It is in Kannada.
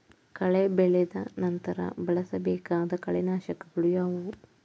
ಕಳೆ ಬೆಳೆದ ನಂತರ ಬಳಸಬೇಕಾದ ಕಳೆನಾಶಕಗಳು ಯಾವುವು?